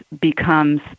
becomes